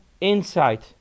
insight